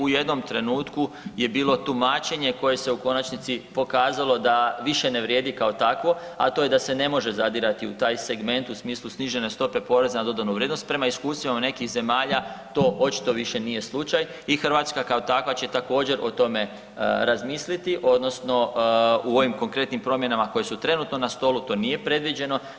U jednom trenutku je bilo tumačenje koje se u konačnici pokazalo da više ne vrijedi kao takvo, a to je da se ne može zadirati u taj segment u smislu snižene stope poreza na dodanu vrijednost, prema iskustvima nekih zemalja, to očito više nije slučaj i Hrvatska kao takva će također, o tome razmisliti odnosno u ovim konkretnim promjenama koje su trenutno na stolu, to nije predviđeno.